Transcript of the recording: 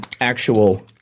actual